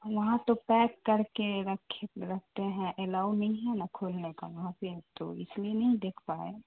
وہاں تو پیک کر کے رکھے رکھتے ہیں الاؤ نہیں ہے نا کھولنے کا وہاں پہ تو اس لیے نہیں دیکھ پائے